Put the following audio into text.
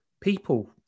People